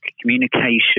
communication